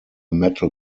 metal